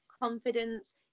confidence